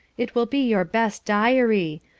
it will be your best diary.